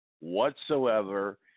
whatsoever